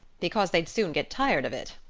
because they'd soon get tired of it.